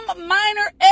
minor